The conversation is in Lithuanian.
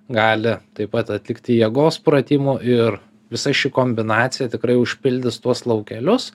gali taip pat atlikti jėgos pratimų ir visa ši kombinacija tikrai užpildys tuos laukelius